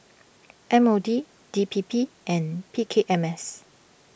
M O D D P P and P K M S